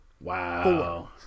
Wow